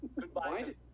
Goodbye